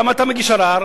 למה אתה מגיש ערר?